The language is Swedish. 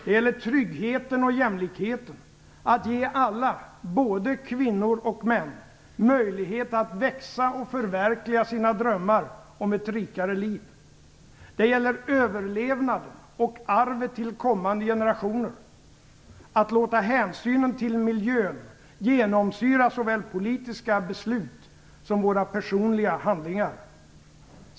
Det gäller tryggheten och jämlikheten: att ge alla - både kvinnor och män - möjlighet att växa och förverkliga sina drömmar om ett rikare liv. Det gäller överlevnaden och arvet till kommande generationer: att låta hänsynen till miljön genomsyra såväl politiska beslut som våra personliga handlingar.